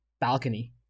balcony